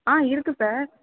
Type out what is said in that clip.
ஆ இருக்குது சார்